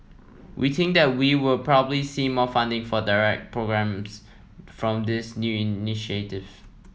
we think that we will probably see more funding for direct programmes from this new initiative